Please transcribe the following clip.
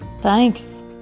Thanks